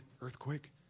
earthquake